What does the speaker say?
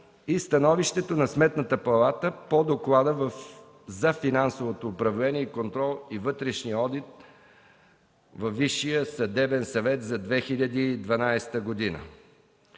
и Становището на Сметната палата по Доклада за финансовото управление и контрол и вътрешния одит във Висшия съдебен съвет за 2012 г.